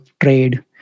trade